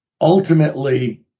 ultimately